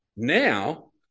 Now